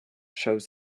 shows